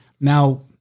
Now